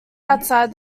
outside